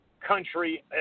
country